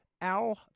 Al